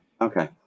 okay